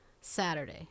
Saturday